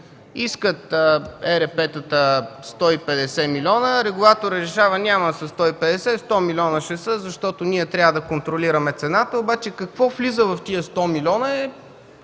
искат 150 милиона, регулаторът решава: няма да са 150, 100 милиона ще са, защото ние трябва да контролираме цената. Обаче какво влиза в тези 100 милиона е